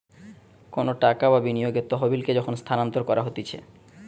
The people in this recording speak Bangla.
কোনো টাকা বা বিনিয়োগের তহবিলকে যখন স্থানান্তর করা হতিছে